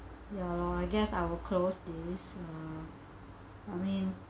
ya lor I guess I will close this uh I mean